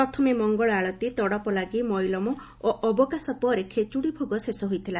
ପ୍ରଥମେ ମଙ୍ଗଳ ଆଳତୀ ତଡ଼ପଲାଗି ମଇଲମ ଓ ଅବକାଶ ପରେ ଖେଚୁଡ଼ିଭୋଗ ଶେଷ ହୋଇଥିଲା